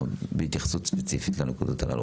בהתייחסות ספציפית לנקודות הללו,